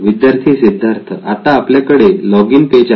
विद्यार्थी सिद्धार्थ आत्ता आपल्याकडे लॉगिन पेज आहे